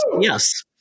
Yes